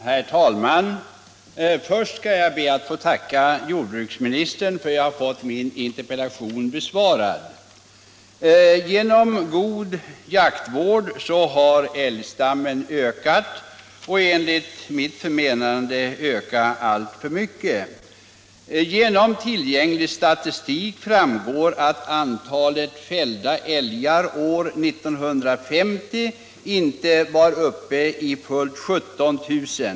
Herr talman! Först skall jag be att få tacka jordbruksministern för att jag nu fått min interpellation besvarad. Genom god jaktvård har älgstammen ökat, enligt mitt förmenande alltför mycket. Av tillgänglig statistik framgår att antalet fällda älgar år 1950 uppgick till inte fullt 17 000.